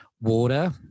water